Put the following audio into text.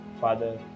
father